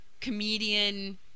comedian